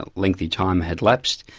ah lengthy time had lapsed.